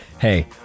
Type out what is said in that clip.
hey